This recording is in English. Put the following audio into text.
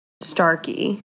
Starkey